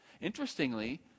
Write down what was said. Interestingly